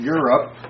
Europe